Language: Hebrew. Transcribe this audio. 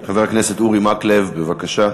חבר הכנסת אורי מקלב, בבקשה.